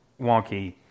wonky